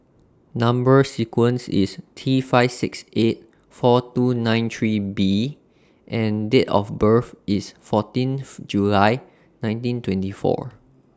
Number sequence IS T five six eight four two nine three B and Date of birth IS fourteenth January nineteen twenty four